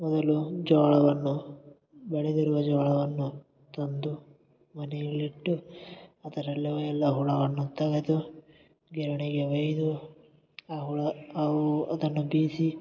ಮೊದಲು ಜೋಳವನ್ನು ಬೆಳೆದಿರುವ ಜೋಳವನ್ನು ತಂದು ಮನೆಯಲ್ಲಿಟ್ಟು ಅದರಲ್ಲಿ ಎಲ್ಲ ಹುಳವನ್ನು ತೆಗೆದು ಗೆರೆಡೆಗೆ ಹೊಯ್ದು ಆ ಹುಳ ಅವು ಅದನ್ನು ಬೇಯಿಸಿ